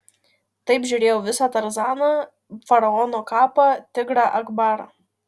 taip žiūrėjau visą tarzaną faraono kapą tigrą akbarą